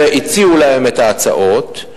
הציעו להם את ההצעות,